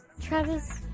Travis